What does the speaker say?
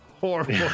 Horrible